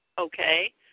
Okay